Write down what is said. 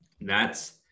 thats